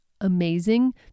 amazing